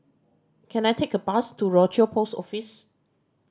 can I take a bus to Rochor Post Office